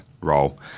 role